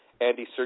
Andy